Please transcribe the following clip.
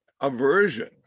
aversion